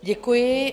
Děkuji.